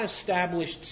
established